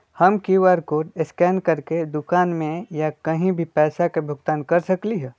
हम QR code scan करके दुकान में या कहीं भी पैसा के भुगतान कर सकली ह?